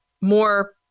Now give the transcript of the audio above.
more